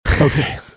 okay